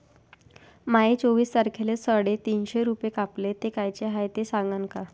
माये चोवीस तारखेले साडेतीनशे रूपे कापले, ते कायचे हाय ते सांगान का?